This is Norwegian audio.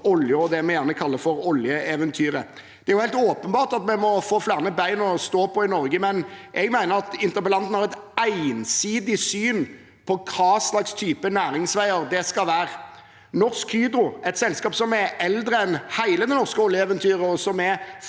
og det vi gjerne kaller for oljeeventyret. Det er helt åpenbart at vi må få flere bein å stå på i Norge, men jeg mener at interpellanten har et ensidig syn på hva slags næringsveier det skal være. Norsk Hydro, et selskap som er eldre enn hele det norske oljeeventyret,